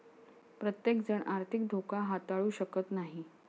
प्रत्येकजण आर्थिक धोका हाताळू शकत नाही